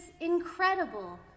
incredible